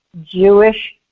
Jewish